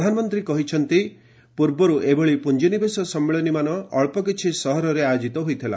ପ୍ରଧାନମନ୍ତ୍ରୀ କହିଛନ୍ତି ପୂର୍ବରୁ ଏଭଳି ପୁଞ୍ଜିନିବେଶ ସମ୍ମିଳନୀମାନ ଅଞ୍ଚକିଛି ସହରରେ ଆୟୋଜିତ ହୋଇଥିଲା